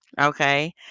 okay